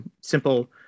simple